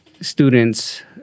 students